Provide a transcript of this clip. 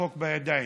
צחוק בעיניים.